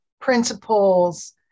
Principles